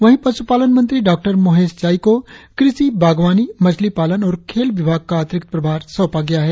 वहीं पश्रपालन मंत्री डॉ मोहेश चाई को कृषि बागवानी मछली पालन और खेल विभाग का अतिरिक्त प्रभार सौंपा गया है